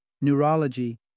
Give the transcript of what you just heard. neurology